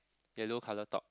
yellow colour top